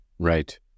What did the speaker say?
Right